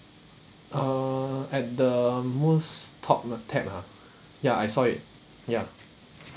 uh at the most top uh tab ah ya I saw it ya